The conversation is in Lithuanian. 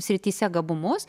srityse gabumus